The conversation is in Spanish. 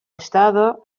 estado